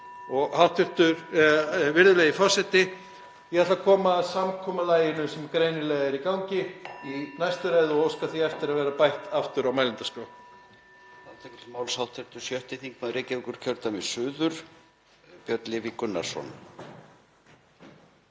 hringir.) Virðulegi forseti. Ég ætla að koma að samkomulaginu sem greinilega er í gangi í næstu ræðu og óska því eftir að vera bætt aftur á mælendaskrá.